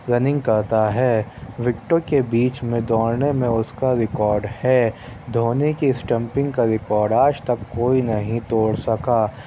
running کرتا ہے وِکٹوں کے بیچ میں دوڑنے میں اُس کا ریکارڈ ہے دھونی کی اسٹمپنک کا ریکارڈ آج تک کوئی نہیں توڑ سکا